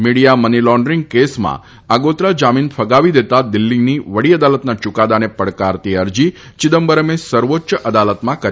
media money laundering કેસમાં આગોતરા જમીન ફગાવી દેતા દિલ્હીની વડી અદાલતના યૂકાદાને પડકારતી અરજી ચિદંબરમે સર્વોચ્ય અદાલતમાં કરી હતી